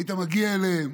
היית מגיע אליהם: